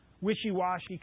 wishy-washy